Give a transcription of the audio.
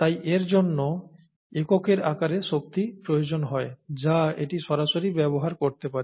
তাই এর জন্য এককের আকারে শক্তি প্রয়োজন হয় যা এটি সরাসরি ব্যবহার করতে পারে